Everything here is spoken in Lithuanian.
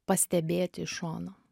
pastebėti iš šono